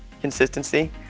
consistency